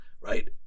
right